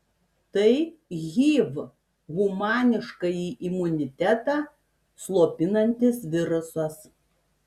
tai hiv humaniškąjį imunitetą slopinantis virusas